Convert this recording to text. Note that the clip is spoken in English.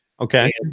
Okay